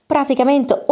Praticamente